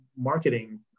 marketing